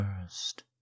first